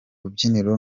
rubyiniro